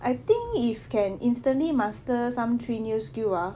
I think if can instantly master some three new skill ah